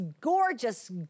gorgeous